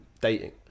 dating